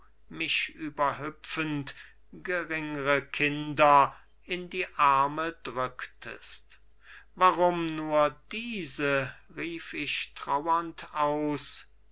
mich überhüpfend geringre kinder in die arme drücktest warum nur diese rief ich trauernd aus